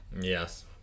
Yes